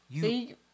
See